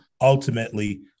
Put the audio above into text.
ultimately